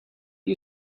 you